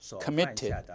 committed